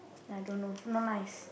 I don't know not nice